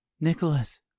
Nicholas